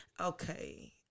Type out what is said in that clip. okay